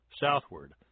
southward